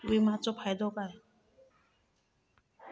विमाचो फायदो काय?